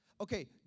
Okay